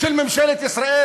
של ממשלת ישראל